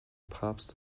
papst